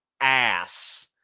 ass